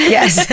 Yes